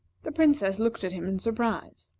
the princess looked at him in surprise.